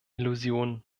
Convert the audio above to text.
illusionen